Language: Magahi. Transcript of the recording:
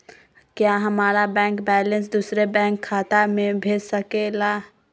क्या हमारा बैंक बैलेंस दूसरे बैंक खाता में भेज सके ला?